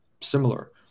similar